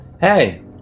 Hey